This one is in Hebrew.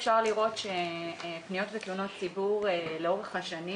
אפשר לראות שפניות ותלונות ציבור לאורך השנים